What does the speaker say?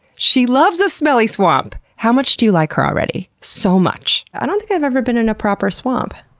she loves a smelly swamp. how much do you like her already? so much! i don't think i've ever been in a proper swamp.